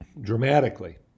dramatically